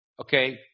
okay